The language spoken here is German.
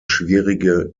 schwierige